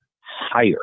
higher